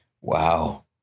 Wow